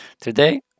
Today